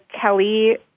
Kelly